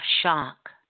shock